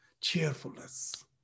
Cheerfulness